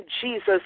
Jesus